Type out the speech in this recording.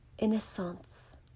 innocence